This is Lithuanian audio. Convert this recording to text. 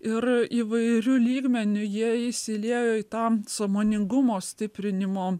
ir įvairiu lygmeniu jie įsiliejo į tą sąmoningumo stiprinimo